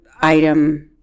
item